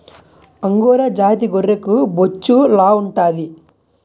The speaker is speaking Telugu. అంగోరా జాతి గొర్రెకి బొచ్చు లావుంటాది